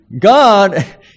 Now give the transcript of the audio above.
God